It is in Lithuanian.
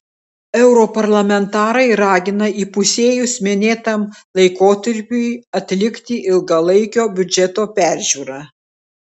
europarlamentarai ragina įpusėjus minėtam laikotarpiui atlikti ilgalaikio biudžeto peržiūrą